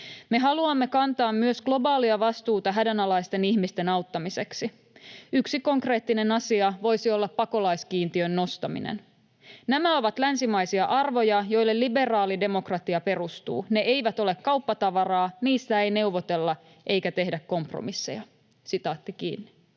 Me haluamme kantaa myös globaalia vastuuta hädänalaisten ihmisten auttamiseksi. Yksi konkreettinen asia voisi olla pakolaiskiintiön nostaminen. Nämä ovat länsimaisia arvoja, joille liberaali demokratia perustuu. Ne eivät ole kauppatavaraa, niistä ei neuvotella eikä tehdä kompromisseja.” Arvoisa